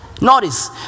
Notice